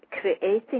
creating